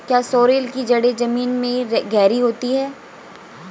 क्या सोरेल की जड़ें जमीन में गहरी होती हैं?